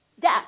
Death